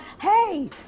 hey